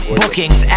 bookings